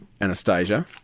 Anastasia